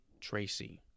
Tracy